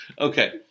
Okay